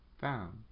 found